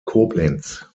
koblenz